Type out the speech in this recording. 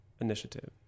initiative